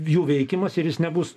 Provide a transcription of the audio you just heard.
jų veikimas ir jis nebus